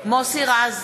מוסי רז,